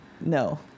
no